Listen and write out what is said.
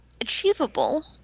achievable